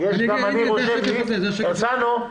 ח"כ הרצנו,